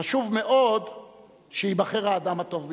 חשוב מאוד שייבחר האדם הטוב ביותר.